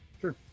Sure